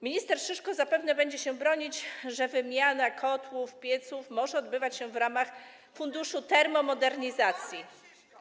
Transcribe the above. Minister Szyszko zapewne będzie się bronić, że wymiana kotłów, pieców może odbywać się w ramach funduszu termomodernizacji.